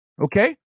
okay